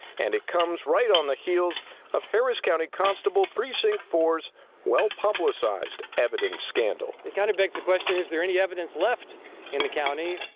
and it comes right on the heels of harris county constable precinct four s well publicized evidence scandal. it kind of begs the question, is there any evidence left in the county.